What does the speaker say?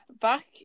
Back